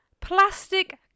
Plastic